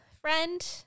friend